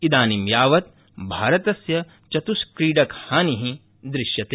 द्वानीं यावत् भारतस्य चतुष्क्रीडकहानि दृश्यते